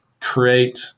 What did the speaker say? create